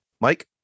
Mike